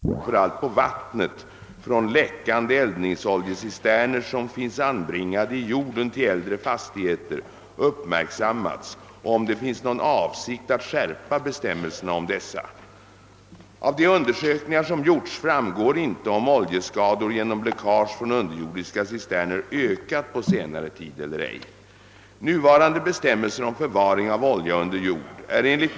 Herr talman! Fru Ekroth har frågat om de alltmer förekommande oljeskador, framför allt på vattnet, från läckande eldningsoljecisterner, som finns anbringade i jorden intill äldre fastigheter, uppmärksammats och om det finns någon avsikt att skärpa bestämmelserna om dessa. Av de undersökningar som gjorts framgår inte om oljeskador genom läckage från underjordiska cisterner ökat på senare tid eller ej.